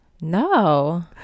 No